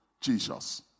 Jesus